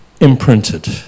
Imprinted